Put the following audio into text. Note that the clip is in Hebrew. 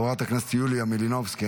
חברת הכנסת יוליה מלינובסקי,